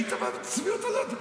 היית בצביעות הזאת?